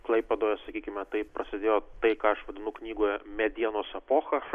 klaipėdoje sakykime taip prasidėjo tai ką aš vadinu knygoje medienos epocha